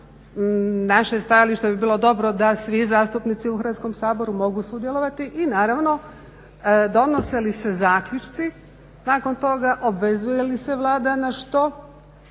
Naše stajalište bi bilo dobro da svi zastupnici u Hrvatskom saboru mogu sudjelovati. I naravno donose li se zaključci nakon toga, obvezuje li se Vlada na što